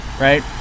right